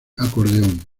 acordeón